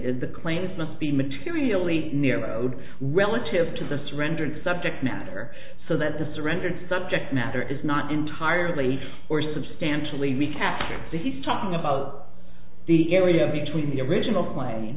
the claims must be materially near road relative to the surrendered subject matter so that the surrendered subject matter is not entirely or substantially recap that he's talking about the area between the original cla